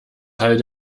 teil